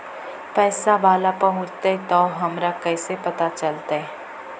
पैसा बाला पहूंचतै तौ हमरा कैसे पता चलतै?